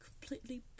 completely